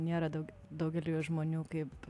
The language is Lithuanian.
nėra daug daugeliui žmonių kaip